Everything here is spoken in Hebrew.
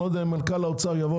אני לא יודע אם מנכ"ל האוצר יבוא,